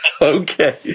Okay